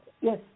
yes